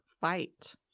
fight